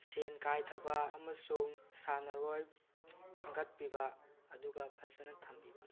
ꯁꯦꯟ ꯀꯥꯏꯊꯕ ꯑꯃꯁꯨꯡ ꯁꯥꯟꯅꯔꯣꯏ ꯈꯟꯒꯠꯄꯤꯕ ꯑꯗꯨꯒ ꯐꯖꯅ ꯊꯝꯕꯤꯕ